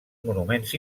monuments